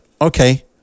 okay